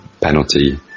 penalty